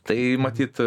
tai matyt